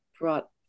brought